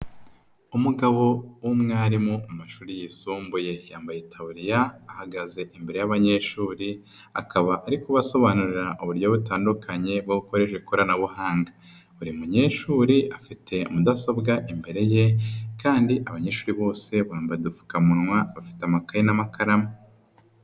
Umugabo w'umwarimu mu mashuri yisumbuye yambaye itaburiya, ahagaze imbere y'abanyeshuri akaba ari kubasobanurira uburyo butandukanye bwo gukoreshaje ikoranabuhanga, buri munyeshuri afite mudasobwa imbere ye kandi abanyeshuri bose bambaye udupfukamunwa, bafite amakaye n'amakaramu.